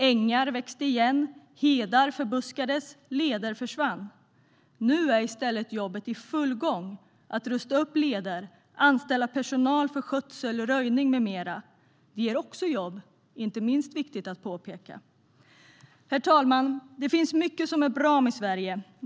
Ängar växte igen, hedar förbuskades och leder försvann. Nu är i stället jobbet i full gång att rusta upp leder och anställa personal för skötsel, röjning med mera. Det ger också jobb - inte minst viktigt att påpeka. Herr talman! Det finns mycket som är bra med Sverige.